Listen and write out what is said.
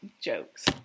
jokes